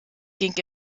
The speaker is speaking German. ging